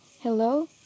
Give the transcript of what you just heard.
Hello